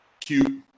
cute